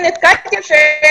נתקעתי.